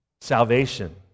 Salvation